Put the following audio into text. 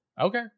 Okay